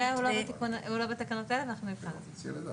המתווה הוא לא בתקנות האלה, אנחנו נבחן את זה.